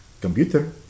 computer